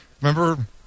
Remember